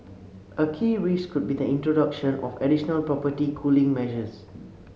a key risk could be the introduction of additional property cooling measures